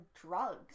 drugs